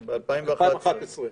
כן, ב-2011.